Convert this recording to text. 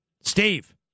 Steve